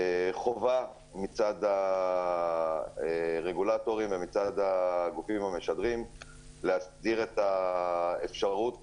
חובה מצד הרגולטורים ומצד הגופים המשדרים להסדיר את האפשרות